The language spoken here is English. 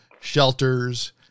shelters